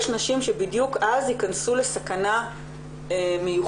יש נשים שבדיוק אז ייכנסו לסכנה מיוחדת,